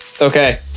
Okay